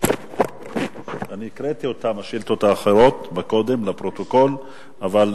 הקראתי את השאילתות האחרות לפרוטוקול קודם.